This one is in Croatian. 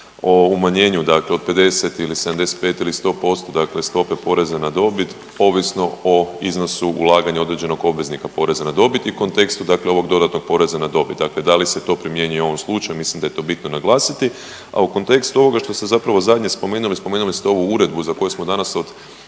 o umanjenju dakle od 50 ili 75 ili 100% dakle stope poreza na dobit ovisno o iznosu ulaganja određenog obveznika poreza na dobit i kontekstu dakle ovog dodatnog poreza na dobit, dakle da li se to primjenjuje u ovom slučaju, mislim da je to bitno naglasiti. A u kontekstu ovoga što ste zapravo zadnje spomenuli, spomenuli ste ovu uredbu za koju smo danas od